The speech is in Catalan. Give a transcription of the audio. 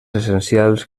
essencials